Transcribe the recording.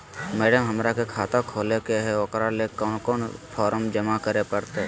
Madam, हमरा के खाता खोले के है उकरा ले कौन कौन फारम जमा करे परते?